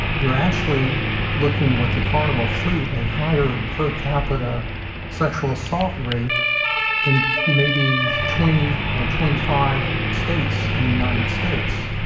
you're actually looking with the carnival fleet, a higher per capita sexual assault rape than maybe twenty or twenty five states in the united states.